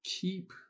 keep